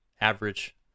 average